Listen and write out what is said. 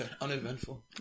Uneventful